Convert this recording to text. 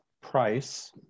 price